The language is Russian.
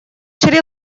шри